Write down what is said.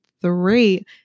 three